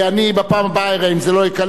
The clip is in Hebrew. אני קובע שההצעה